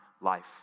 life